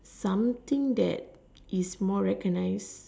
something that is more recognized